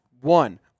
one